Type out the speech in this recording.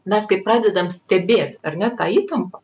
mes kai pradedam stebėt ar ne tą įtampą